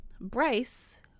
Bryce